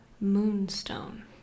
moonstone